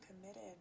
committed